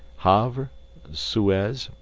havre suez,